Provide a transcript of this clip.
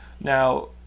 Now